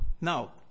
Now